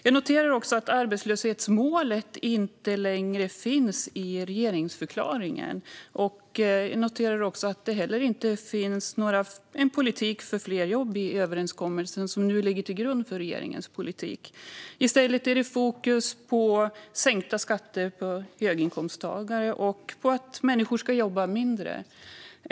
Jag noterar också att arbetslöshetsmålet inte längre finns i regeringsförklaringen och att det heller inte finns en politik för fler jobb i den överenskommelse som nu ligger till grund för regeringens politik. I stället är det fokus på sänkta skatter för höginkomsttagare och att människor ska jobba mindre.